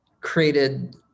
created